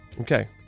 Okay